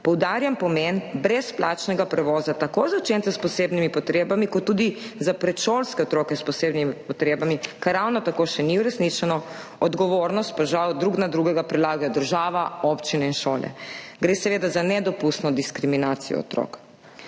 »Poudarjam pomen brezplačnega prevoza tako za učence s posebnimi potrebami kot tudi za predšolske otroke s posebnimi potrebami.« Kar ravno tako še ni uresničeno, odgovornost pa žal drug na drugega prelagajo država, občine in šole. Gre seveda za nedopustno diskriminacijo otrok.